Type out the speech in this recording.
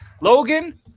Logan